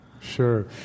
Sure